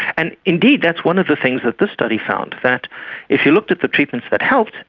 and indeed, that's one of the things that this study found, that if you looked at the treatments that helped,